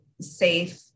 safe